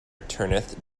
turneth